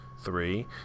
three